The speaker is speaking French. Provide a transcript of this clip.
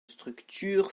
structures